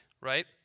right